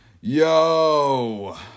Yo